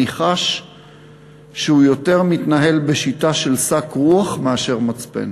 אני חש שהוא יותר מתנהל בשיטה של שק רוח מאשר מצפן.